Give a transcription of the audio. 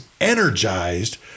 energized